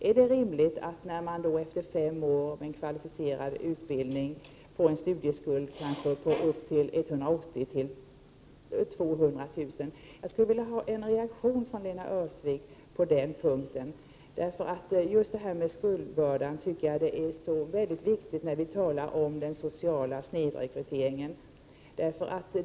Är det rimligt att man efter fem års kvalificerad utbildning kanske får en studieskuld på upp till 180 000—200 000 kr.? Jag skulle vilja ha ett svar från Lena Öhrsvik på den punkten. Jag tycker att just frågan om skuldbördan är mycket viktig när vi talar om den sociala snedrekryteringen.